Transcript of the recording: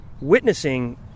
witnessing